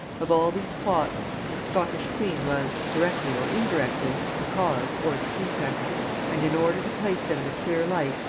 of all these plots, the scottish queen was, directly or indirectly, the cause or the pretext and in order to place them in a clear light,